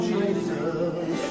Jesus